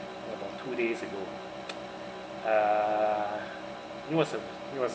about two days ago uh it was a it was